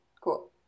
cool